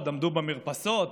עמדו במרפסות,